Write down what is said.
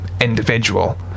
individual